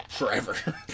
Forever